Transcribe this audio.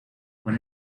con